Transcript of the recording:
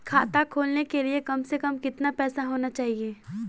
खाता खोलने के लिए कम से कम कितना पैसा होना चाहिए?